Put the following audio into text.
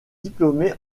diplômée